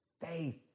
faith